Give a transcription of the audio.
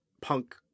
punk